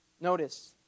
Notice